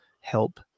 help